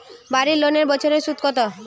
বাড়ি লোনের বছরে সুদ কত?